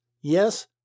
yes